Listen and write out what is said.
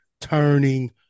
turning